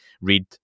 read